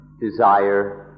desire